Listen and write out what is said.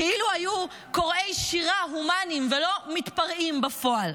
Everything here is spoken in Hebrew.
כאילו היו קוראי שירה הומניים, ולא מתפרעים בפועל.